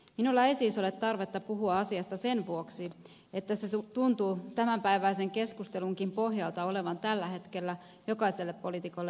minulla ei siis ole tarvetta puhua asiasta sen vuoksi että se tuntuu tämänpäiväisenkin keskustelun pohjalta olevan tällä hetkellä jokaiselle poliitikolle mieluinen aihe